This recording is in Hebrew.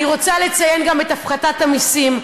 אני רוצה לציין גם את הפחתת המסים,